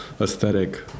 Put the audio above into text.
aesthetic